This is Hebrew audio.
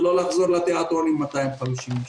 ולא לחזור לתיאטרון עם 250 איש.